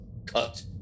cut